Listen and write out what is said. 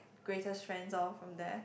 greatest friends loh from there